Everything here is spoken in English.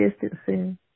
distancing